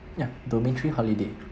ya domain three holiday